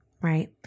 right